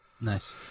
Nice